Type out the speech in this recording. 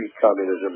communism